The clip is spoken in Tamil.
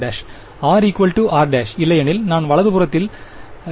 r r 'இல்லையெனில் நான் வலது புறத்தில் 0 ஐ ஒருங்கிணைக்கிறேன்